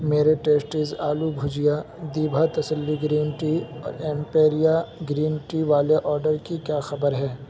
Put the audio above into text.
میرے ٹیسٹیز آلو بھجیا دیبھا تسلی گرین ٹی اور ایمپیریا گرین ٹی والے آرڈر کی کیا خبر ہے